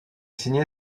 signé